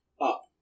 up